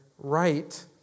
right